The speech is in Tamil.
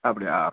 அப்படியா